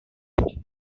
ini